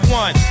one